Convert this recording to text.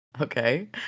Okay